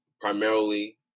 primarily